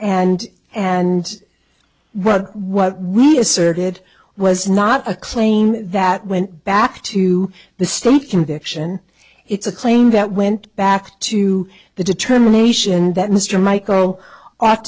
and and what what we asserted was not a claim that went back to the state conviction it's a claim that went back to the determination that mr michael ought